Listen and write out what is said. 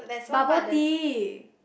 bubble tea